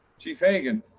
chief hagan.